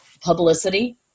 publicity